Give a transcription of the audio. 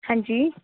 ਹਾਂਜੀ